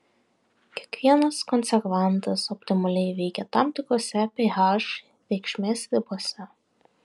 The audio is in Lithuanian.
kiekvienas konservantas optimaliai veikia tam tikrose ph reikšmės ribose